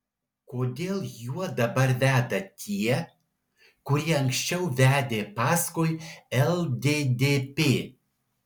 kodėl juo dabar veda tie kurie anksčiau vedė paskui lddp